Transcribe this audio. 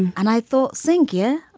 and i thought cink. yeah,